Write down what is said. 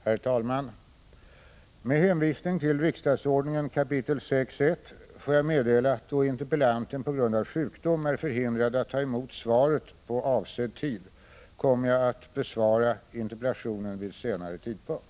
Herr talman! Med hänvisning till riksdagsordningen 6 kap. 1§ får jag meddela att då interpellanten på grund av sjukdom är förhindrad att ta emot svaret på avsedd tid kommer jag att besvara interpellationen vid senare tidpunkt.